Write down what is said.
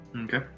Okay